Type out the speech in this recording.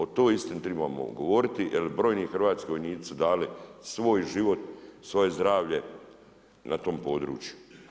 O toj istini tribamo govoriti, jer brojni hrvatski vojnici su dali svoj život, svoje zdravlje na tom području.